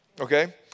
okay